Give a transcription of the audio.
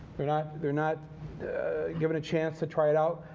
they're not they're not given a chance to try it out.